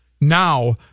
now